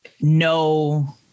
no